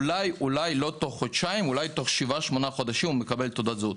אולי תוך שבעה-שמונה חודשים הוא מקבל תעודת זהות.